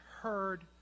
heard